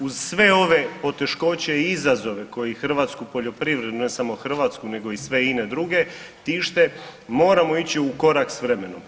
Uz sve ove poteškoće i izazove koji hrvatsku poljoprivredu, ne samo hrvatsku nego i sve ine druge tište moramo ići u korak s vremenom.